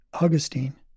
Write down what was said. Augustine